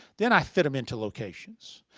then i fit em into locations.